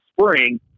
spring